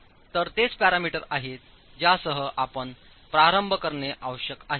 तर तेच पॅरामीटर्स आहेत ज्यासह आपण प्रारंभ करणे आवश्यक आहे